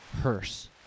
hearse